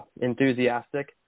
enthusiastic